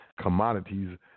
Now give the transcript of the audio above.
commodities